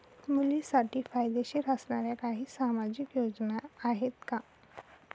मुलींसाठी फायदेशीर असणाऱ्या काही सामाजिक योजना आहेत का?